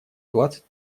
двадцать